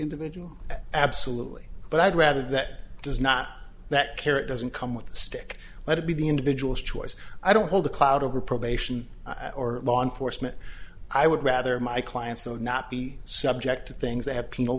individual absolutely but i'd rather that does not that carrot doesn't come with the stick let it be the individual's choice i don't hold a cloud over probation or law enforcement i would rather my clients though not be subject to things that have penal